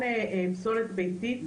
לעניין פסולת ביתית,